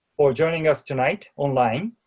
for joining us tonight online